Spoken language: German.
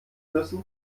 müssen